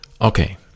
okay